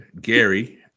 Gary